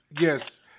yes